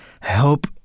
help